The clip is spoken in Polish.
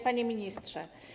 Panie Ministrze!